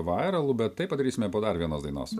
vairalų bet tai padarysime po dar vienos dainos